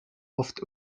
oft